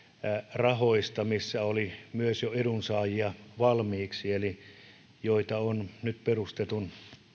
rahoista missä oli myös jo edunsaajia valmiiksi eli joita on nyt perustetun